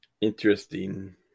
Interesting